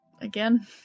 again